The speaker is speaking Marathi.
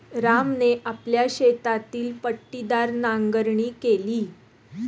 रामने आपल्या शेतातील पट्टीदार नांगरणी केली